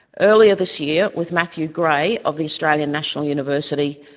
earlier this year, with matthew gray of the australian national university,